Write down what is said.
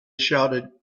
shouted